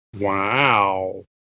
Wow